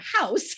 house